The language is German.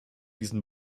diesen